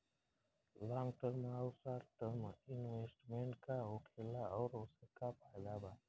Long term आउर short term investment का होखेला और ओसे का फायदा बा?